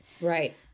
Right